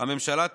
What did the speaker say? הממשלה (תיקון,